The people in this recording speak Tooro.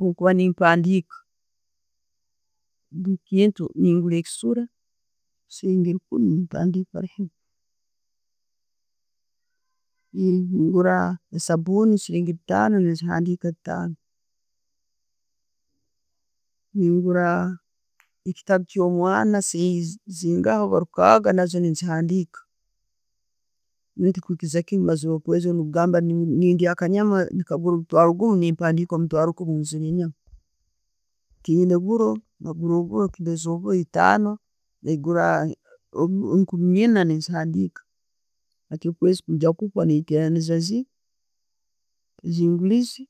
Bwekuba nempadiika, nengura ekisuura siringi rukumi nempadika, nengura esabuuni siringi bitaano nezihandika bitaano, nengura ekitaabo kyomwana siringi zinga orba rukaaga nazo nezihandiika. okugamba nendya akanyama nekagurwa omutwaro gumu, nempandiika omutwaro gumu nguzire enyama. Tinina obuuro bwengura obuuro nkumi eina nenzihandika hati okwezi kugenda kuhwa, nenteraniza zinguliize.